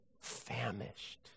famished